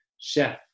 chef